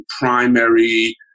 primary